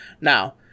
now